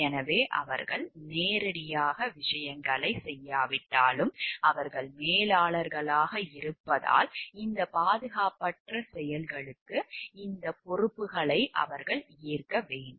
எனவே அவர்கள் நேரடியாக விஷயங்களைச் செய்யாவிட்டாலும் அவர்கள் மேலாளர்களாக இருப்பதால் இந்த பாதுகாப்பற்ற செயல்களுக்கு இந்த பொறுப்புகளை அவர்கள் ஏற்க வேண்டும்